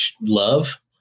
Love